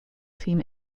team